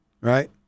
right